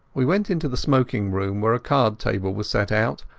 we went into the smoking-room where a card-table was set out,